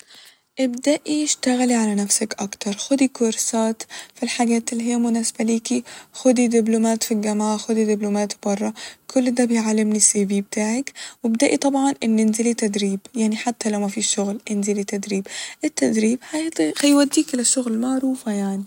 ابدأي اشتغلي على نفسك أكتر ، خدي كورسات ف الحاجات اللي هي مناسبة ليكي ، خدي دبلومات ف الجامعة ، خدي دبلومات بره ، كل ده بيعلي من السي في بتاعك ، وابدأي طبعا إن انزلي تدريب يعني حتى لو مفيش شغل انزلي تدريب ، التدريب هي - هيوديكي للشغل معروفة يعني